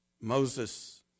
Moses